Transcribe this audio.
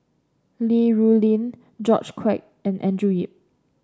Li Rulin George Quek and Andrew Yip